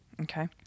okay